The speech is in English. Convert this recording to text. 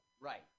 Right